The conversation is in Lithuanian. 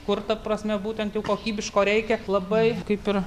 kur ta prasme būtent jau kokybiško reikia labai kaip ir